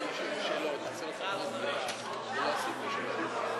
של חברת הכנסת ציפי לבני וקבוצת חברי הכנסת: